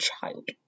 child